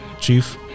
Chief